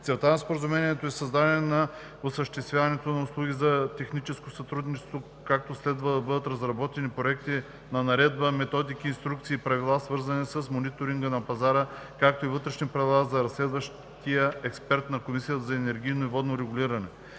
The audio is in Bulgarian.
Целта на Споразумението е създаването и осъществяването на услуги за техническо сътрудничество, като следва да бъдат разработени проекти на наредба, методики, инструкции и правила, свързани с мониторинга на пазара, както и вътрешни правила за разследващия експерт на Комисията за енергийно и водно регулиране.